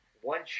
One